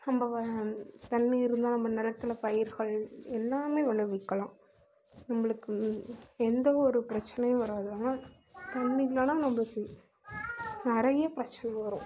நம்ம தண்ணி இருந்தால் நம்ம நிலத்துல பயிர்கள் எல்லாமே விளைவிக்கலாம் நம்மளுக்கு எந்த ஒரு பிரச்சினையும் வராது ஆனால் தண்ணி இல்லைனா நம்மளுக்கு நிறைய பிரச்சினை வரும்